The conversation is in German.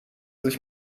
sich